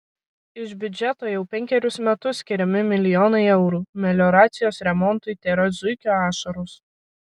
iš biudžeto jau penkerius metus skiriami milijonai eurų melioracijos remontui tėra zuikio ašaros